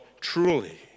truly